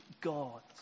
God